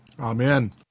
Amen